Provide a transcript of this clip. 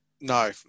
No